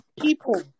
people